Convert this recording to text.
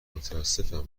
متاسفم